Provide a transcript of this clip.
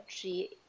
tree